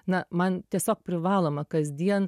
na man tiesiog privaloma kasdien